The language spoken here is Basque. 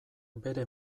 bere